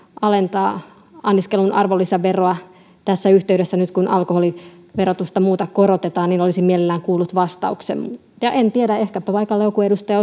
alentaa anniskelun arvonlisäveroa tässä yhteydessä nyt kun alkoholin verotusta muuten korotetaan niin olisin mielellään kuullut vastauksen ja en tiedä ehkäpä joku paikalla oleva edustaja